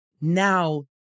now